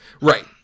Right